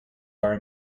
are